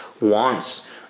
wants